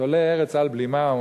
תולה ארץ על בלימה.